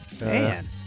Man